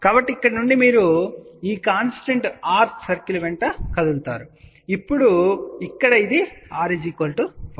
కాబట్టి ఇక్కడ నుండి మీరు ఈ కాన్స్టెంట్ r సర్కిల్ వెంట కదులుతారు లేదా ఇక్కడ ఇది r 1